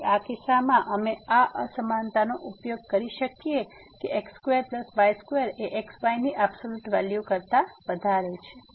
તેથી આ કિસ્સામાં અમે આ અસમાનતાનો ઉપયોગ કરી શકીએ છીએ કે x2y2 એ xy ની એબ્સોલ્યુટ વેલ્યુ કરતા વધારે છે